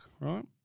right